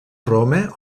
roma